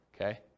okay